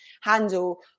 handle